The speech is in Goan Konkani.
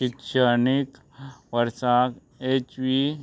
शिक्षणीक वर्साक एच वी